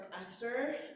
Esther